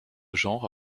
genre